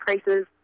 prices